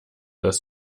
das